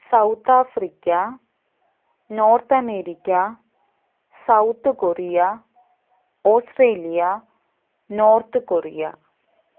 South Africa north America South Korea Australia North Korea